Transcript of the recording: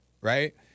right